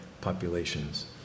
populations